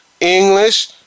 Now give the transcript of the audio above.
English